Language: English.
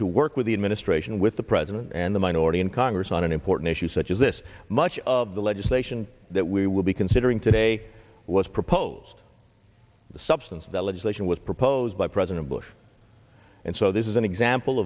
to work with the administration with the president and the minority in congress on an important issue such as this much of the legislation that we will be considering today was proposed the substance of the legislation was proposed by president bush and so this is an example